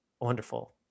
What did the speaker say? wonderful